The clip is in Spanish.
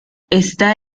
está